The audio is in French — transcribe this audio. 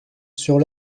sur